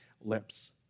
lips